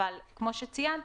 אבל כמו שציינתי,